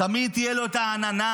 תמיד תהיה לו עננה